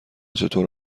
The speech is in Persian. چطور